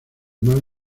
más